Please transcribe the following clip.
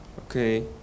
Okay